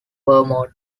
vermont